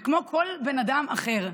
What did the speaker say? וכמו כל בן אדם אחר,